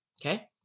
Okay